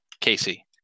Casey